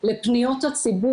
אלפי אזרחים,